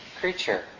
creature